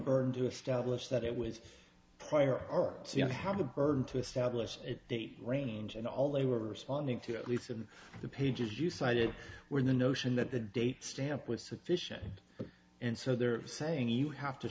burden to establish that it was prior to you know how the burden to establish a date range and all they were responding to at least in the pages you cited were the notion that the date stamp was sufficient and so they're saying you have to